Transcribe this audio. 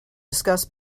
discuss